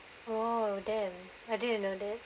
oh damn I didn't know that